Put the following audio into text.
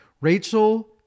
Rachel